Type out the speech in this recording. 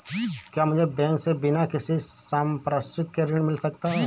क्या मुझे बैंक से बिना किसी संपार्श्विक के ऋण मिल सकता है?